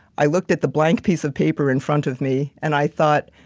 i looked at the blank piece of paper in front of me, and i thought,